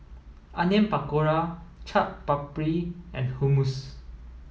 Onion Pakora Chaat Papri and Hummus